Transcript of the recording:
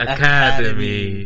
Academy